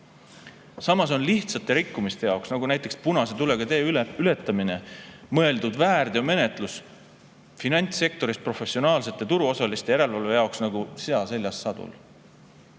samas on lihtsate rikkumiste jaoks, nagu näiteks punase tulega tee ületamine, mõeldud väärteomenetlus finantssektoris professionaalsete turuosaliste järelevalve jaoks nagu sea seljas sadul.